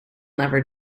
never